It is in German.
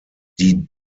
die